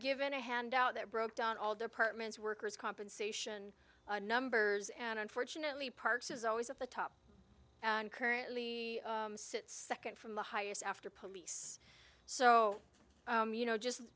given a handout that broke down all departments workers compensation numbers and unfortunately parks is always at the top and currently second from the highest after police so you know just